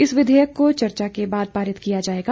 इस विधेयक को चर्चा के बाद पारित किए जाएगा